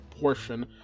portion